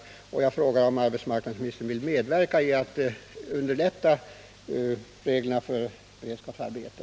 Jag vill fråga om arbetsmarknadsministern vill medverka till att minska byråkratin och underlätta tillämpningen av reglerna för beredskapsarbete.